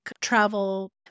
travel